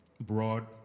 Broad